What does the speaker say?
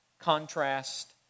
contrast